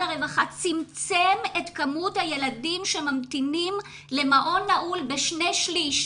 הרווחה צמצם את כמות הילדים שממתינים למעון נעול בשני שליש.